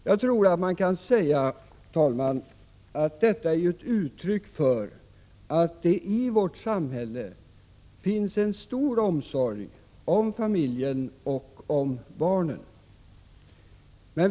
Jag tror att man kan säga, herr talman, att detta är uttryck för att det i vårt samhälle finns en stor omsorg om familjen och om barnen.